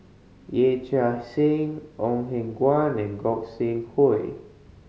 Yee Chia Hsing Ong Eng Guan and Gog Sing Hooi